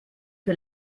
que